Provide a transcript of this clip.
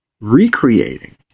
recreating